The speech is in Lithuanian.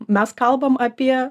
mes kalbam apie